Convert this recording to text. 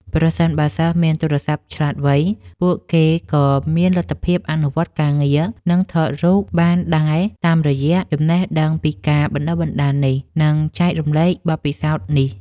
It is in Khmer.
ប្រសិនបើសិស្សមានទូរសព្ទឆ្លាតវៃ ពួកគេក៏មានលទ្ធភាពអនុវត្តការងារ និងថតរូបបានដែរតាមរយៈចំណេះដឹងពីការបណ្តុះបណ្តាលនេះ និងចែករំលែកបទពិសោធន៍នេះ។